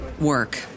work